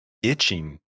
itching